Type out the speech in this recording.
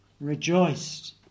rejoiced